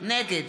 נגד